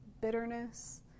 bitterness